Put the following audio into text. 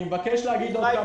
אני מבקש להגיד עוד כמה דברים.